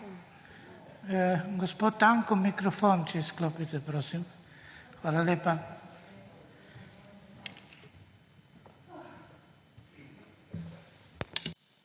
Hvala lepa.